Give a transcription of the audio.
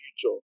future